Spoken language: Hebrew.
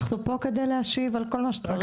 אנחנו פה כדי להשיב על כל מה שצריך.